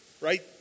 right